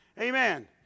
Amen